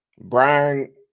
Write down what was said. Brian